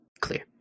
clear